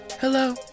Hello